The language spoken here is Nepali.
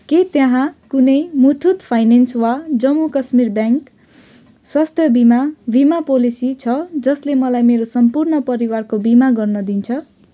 के त्यहाँ कुनै मुथुट फाइनेन्स वा जम्मू काश्मीर ब्याङ्क स्वास्थ्य बिमा बिमा पोलिसी छ जसले मलाई मेरो सम्पूर्ण परिवारको बिमा गर्न दिन्छ